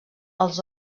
els